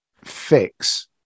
fix